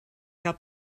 gael